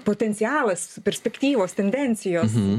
potencialas perspektyvos tendencijos